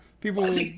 people